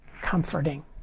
comforting